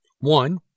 One